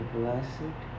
blessed